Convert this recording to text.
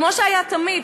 כמו שהיה תמיד,